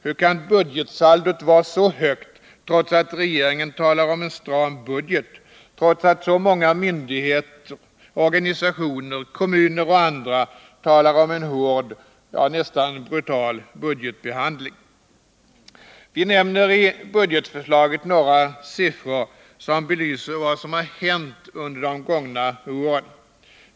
Hur kan budgetsaldot vara så stort, trots att regeringen talar om en stram budget, trots att myndigheter, organisationer, kommuner och andra talar om en hård, ja, nästan brutal budgetbehandling? Vi nämner i budgetförslaget några siffror som belyser vad som har hänt under de gångna åren.